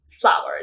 flowers